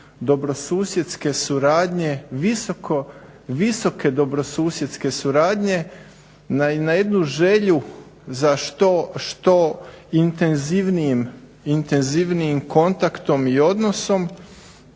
dobrosusjedske suradnje, visoke dobrosusjedske suradnje, na jednu želju za što intenzivnijim kontaktom i odnosom.